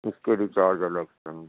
اِس کے بھی چارج الگ سے ہیں